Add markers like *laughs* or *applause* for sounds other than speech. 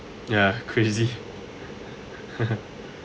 ya crazy *laughs*